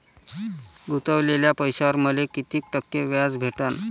गुतवलेल्या पैशावर मले कितीक टक्के व्याज भेटन?